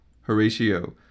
Horatio